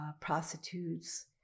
prostitutes